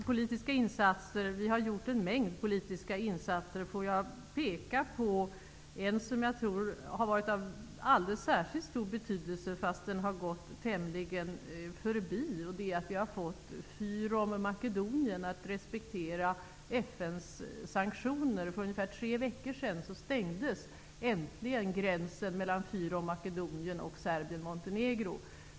Fru talman! Vi har gjort en mängd politiska insatser. Får jag peka på en som har varit av alldeles särskilt stor betydelse, fastän den har gått tämligen obemärkt förbi. Vi har nämligen fått Makedonien att respektera FN:s sanktioner. För ungefär tre veckor sedan stängdes äntligen gränsen mellan Makedonien och Serbien-Montenegro.